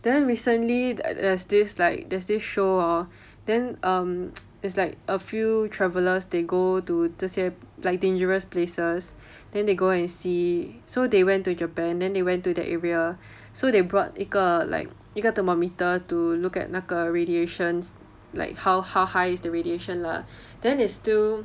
then recently there's this like there's this show hor then um it's like a few travellers they go to 这些 like dangerous places then they go and see so they went to japan then they went to that area so they brought 一个 like 一个 thermometer to look at 那个 radiations to look at the radiations like like how high is the radiation lah then they still